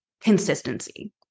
consistency